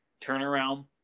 turnaround